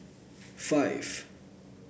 five